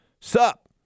Sup